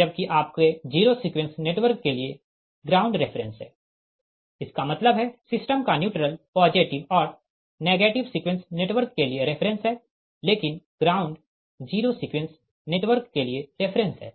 जबकि आपके zero sequence network के लिए ग्राउंड रेफ़रेंस है इसका मतलब है सिस्टम का न्यूट्रल पॉजिटिव और नेगेटिव सीक्वेंस नेटवर्क के लिए रेफ़रेंस है लेकिन ग्राउंड जीरो सीक्वेंस नेटवर्क के लिए रेफ़रेंस है